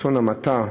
בלשון המעטה,